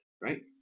Right